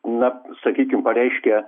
na sakykim pareiškia